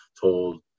told